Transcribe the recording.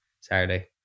Saturday